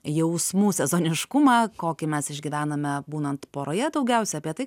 jausmų sezoniškumą kokį mes išgyvename būnant poroje daugiausia apie tai